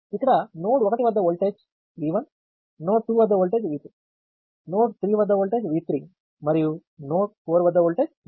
ఇక్కడ నోడ్ 1 వద్ద voltage node 2 వద్ద వోల్టేజ్ నోడ్ 3 వద్ద వోల్టేజ్ మరియు నోడ్ 4 వద్ద వోల్టేజ్